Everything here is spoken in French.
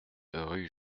rue